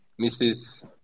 Mrs